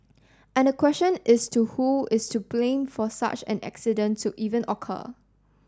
and the question is to who is to blame for such an accident to even occur